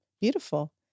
Beautiful